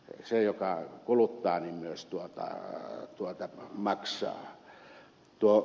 se joka kuluttaa myös maksaa